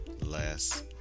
less